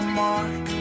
mark